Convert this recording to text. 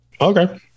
Okay